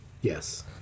Yes